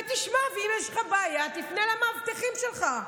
ותשמע, אם יש לך בעיה, תפנה למאבטחים שלך.